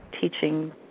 teaching